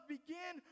Begin